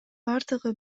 бардыгы